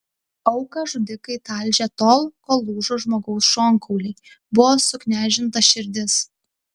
auką žudikai talžė tol kol lūžo žmogaus šonkauliai buvo suknežinta širdis